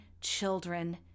children